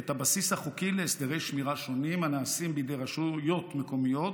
את הבסיס החוקי להסדרי שמירה שונים הנעשים בידי רשויות מקומיות